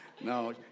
No